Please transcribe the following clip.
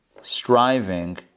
striving